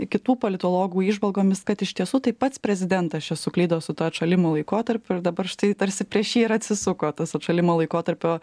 kitų politologų įžvalgomis kad iš tiesų tai pats prezidentas čia suklydo su tuo atšalimo laikotarpiu ir dabar štai tarsi prieš jį ir atsisuko tas atšalimo laikotarpio